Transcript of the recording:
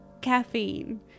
Caffeine